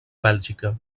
bèlgica